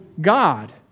God